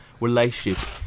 relationship